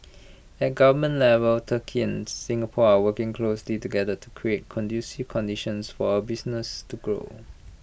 at government level turkey and Singapore are working closely together to create conducive conditions for our businesses to grow